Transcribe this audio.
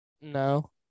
No